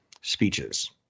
speeches